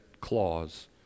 clause